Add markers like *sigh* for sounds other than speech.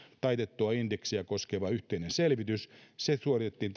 taitettua indeksiä koskeva yhteinen selvitys tämä selvitys suoritettiin *unintelligible*